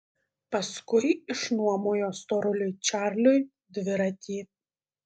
paskui išnuomojo storuliui čarliui dviratį